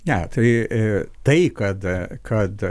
ne tai tai kad kad